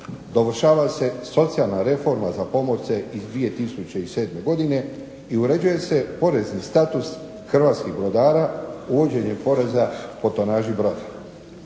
dovršava se Socijalna reforma za pomorce iz 2007. godine i uređuje se porezni status hrvatskih brodara uvođenjem poreza po tonaži broda.